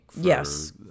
Yes